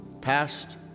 Past